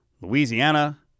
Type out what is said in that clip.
Louisiana